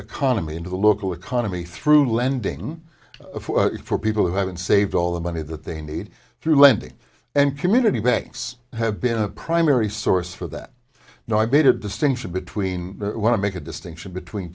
economy into the local economy through lending for people who haven't saved all the money that they need through lending and community banks have been a primary source for that no i baited distinction between want to make a distinction between